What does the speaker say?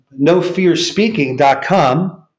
nofearspeaking.com